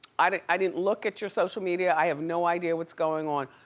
i didn't i didn't look at your social media. i have no idea what's going on,